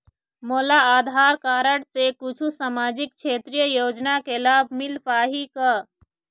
मोला आधार कारड से कुछू सामाजिक क्षेत्रीय योजना के लाभ मिल पाही का?